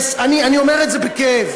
אני אומר את זה בכאב.